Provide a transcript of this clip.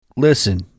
Listen